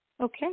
Okay